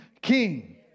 king